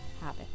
habit